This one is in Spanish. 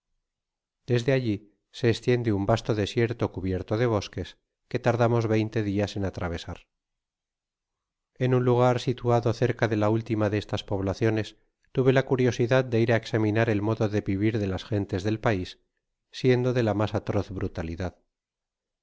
desde alli se estiende un vasto desierto cubierto de bosques que tardamos veinte dias en atravesar en un lugar situado cerca de la última de estas poblaciones tuve la curiosidad de ir á examinar el modo de vivir de las gentes del pais siendo de la mas atroz brutalidad